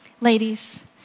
Ladies